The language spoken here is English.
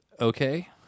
okay